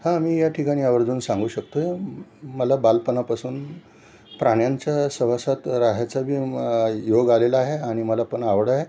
हां मी या ठिकाणी आवर्जून सांगू शकतो मला बालपणापासून प्राण्यांच्या सहवासात राहायचा बी म योग आलेला आहे आणि मला पण आवड आहे